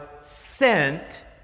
sent